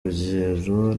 rugero